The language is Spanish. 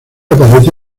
aparece